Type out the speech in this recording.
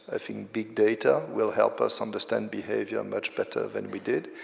i think big data will help us understand behavior much better than we did.